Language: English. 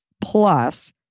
plus